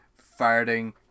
farting